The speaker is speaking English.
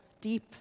deep